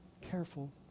Careful